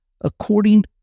according